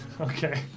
Okay